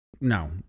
no